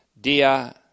dia